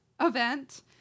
event